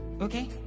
okay